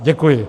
Děkuji.